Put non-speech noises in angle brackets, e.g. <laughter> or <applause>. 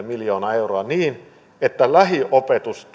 <unintelligible> miljoonaa euroa niin että lähiopetus <unintelligible>